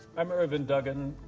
i'm ervin duggan,